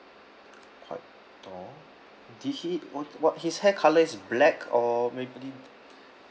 quite tall did he what what his hair colour is black or maybe